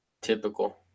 Typical